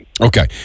okay